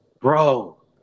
bro